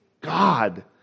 God